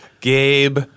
Gabe